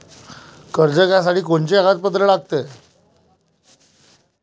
कर्ज घ्यासाठी कोनचे कागदपत्र लागते?